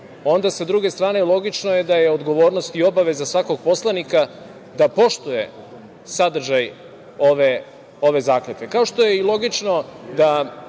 onda, sa druge strane, logično je da je odgovornost i obaveza svakog poslanika da poštuje sadržaj ove zakletve.